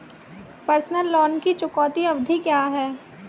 Personal loan की चुकौती अवधि क्या है?